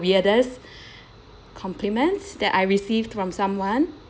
weirdest compliments that I received from someone